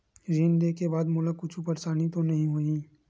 ऋण लेके बाद मोला कुछु परेशानी तो नहीं होही?